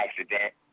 accident